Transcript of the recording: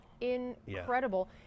incredible